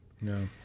No